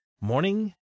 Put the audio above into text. morning